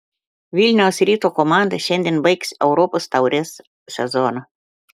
vilniaus ryto komanda šiandien baigs europos taurės sezoną